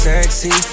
Sexy